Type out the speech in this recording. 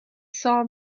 saw